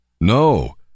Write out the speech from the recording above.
No